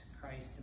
Christ